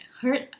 hurt